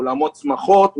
אולמות שמחות,